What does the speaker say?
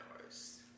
hours